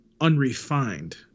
unrefined